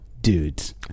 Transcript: dudes